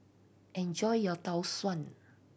enjoy your Tau Suan